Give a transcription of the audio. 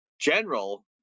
General